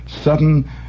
sudden